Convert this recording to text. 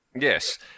Yes